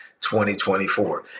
2024